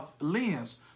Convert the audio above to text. lens